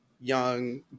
young